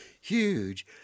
huge